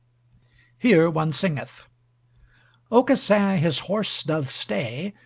here one singeth aucassin his horse doth stay,